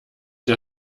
der